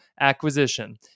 acquisition